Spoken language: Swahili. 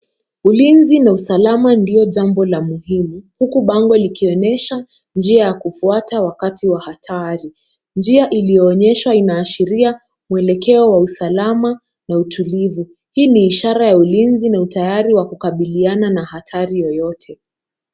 Ulinzi na usalama ndio jambo la muhimu huku bango likionyeshja njia ya kufuata, wakati wa hatari. Njia iliyoonyeshwa inaashiria muelekeo wa usalama na utulivu. Hii ni ishara ya ulinzi na utayari wa kukabiliana na hatari yoyote.